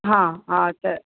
हा हा त